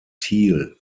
thiel